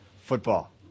football